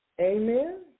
Amen